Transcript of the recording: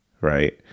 right